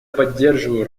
поддерживаю